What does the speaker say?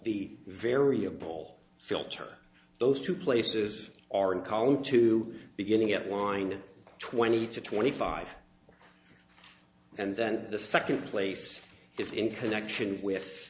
the variable filter those two places are in column two beginning at line twenty to twenty five and then the second place is in connection with